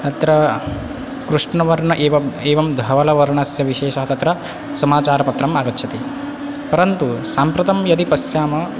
अत्र कृष्णवर्ण एव एवं धवलवर्णस्य विशेषः तत्र समाचारपत्रम् आगच्छति परन्तु साम्प्रतं यदि पश्यामः